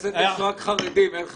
בכנסת יש רק חרדים, אין חרדות...